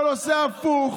אתה בסך הכול עושה הפוך.